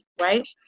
right